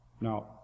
Now